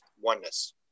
oneness